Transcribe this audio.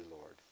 Lord